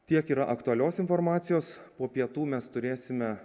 tiek yra aktualios informacijos po pietų mes turėsime